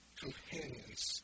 companions